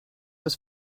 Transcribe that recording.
was